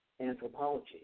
anthropology